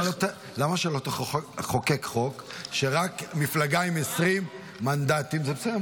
למה שלא תחוקק חוק שרק מפלגה עם 20 מנדטים ------ זה בסדר,